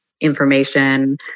information